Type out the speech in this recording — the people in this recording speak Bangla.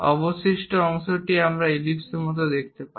অবশিষ্ট অংশটি আমরা ইলিপ্সের মতো দেখতে পাই